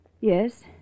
Yes